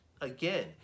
again